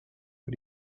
für